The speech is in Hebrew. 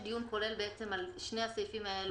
דיון כולל על שני הסעיפים האלו יחד.